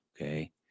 okay